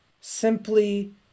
simply